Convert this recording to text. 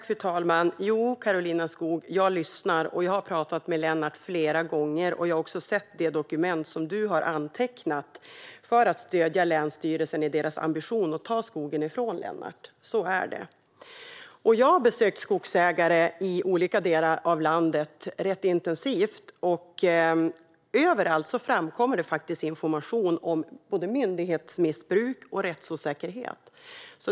Fru talman! Jo, Karolina Skog, jag lyssnar, och jag har talat med Lennart flera gånger och också sett det dokument som du har undertecknat för att stödja länsstyrelsen i deras ambition att ta skogen från Lennart. Så är det. Jag har rätt intensivt besökt skogsägare i olika delar av landet. Överallt framkommer information om både myndighetsmissbruk och rättsosäkerhet.